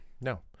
No